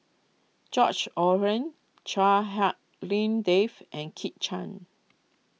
George Chua Hak Lien Dave and Kit Chan